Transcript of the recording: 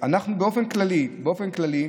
באופן כללי,